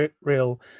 real